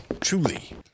truly